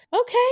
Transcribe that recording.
okay